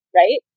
right